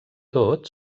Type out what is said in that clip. tot